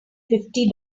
fifty